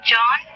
John